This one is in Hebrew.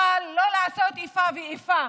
אבל לא לעשות איפה ואיפה.